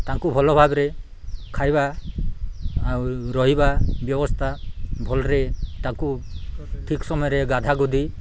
ତାଙ୍କୁ ଭଲ ଭାବରେ ଖାଇବା ଆଉ ରହିବା ବ୍ୟବସ୍ଥା ଭଲରେ ତାଙ୍କୁ ଠିକ୍ ସମୟରେ ଗାଧା ଗୁଧି